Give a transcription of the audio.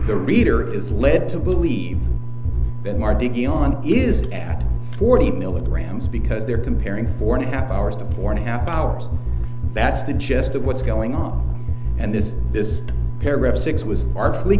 the reader is led to believe that more digging on is at forty milligrams because they're comparing four and a half hours to pour in half hours that's the gist of what's going on and is this paragraph six was partly